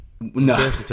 No